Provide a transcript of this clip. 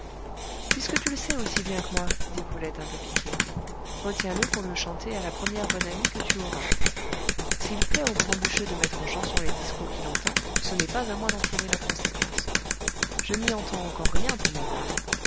puisque tu le sais aussi bien que moi dit brulette un peu piquée retiens le pour le chanter à la première bonne amie que tu auras s'il plaît au grand bûcheux de mettre en chansons les discours qu'il entend ce n'est pas à moi d'en tirer la conséquence je n'y entends encore rien pour ma part